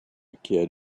kid